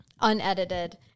Unedited